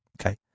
okay